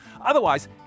Otherwise